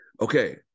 Okay